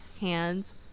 hands